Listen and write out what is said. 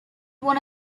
one